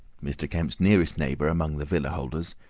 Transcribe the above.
mr. kemp's nearest neighbour among the villa holders,